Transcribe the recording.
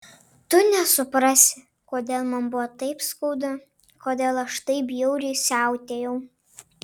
tu nesuprasi kodėl man buvo taip skaudu kodėl aš taip bjauriai siautėjau